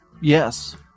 Yes